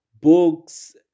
books